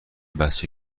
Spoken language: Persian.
بچه